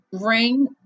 ring